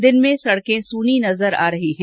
दिन में सड़कें सूनी नजरें आ रही हैं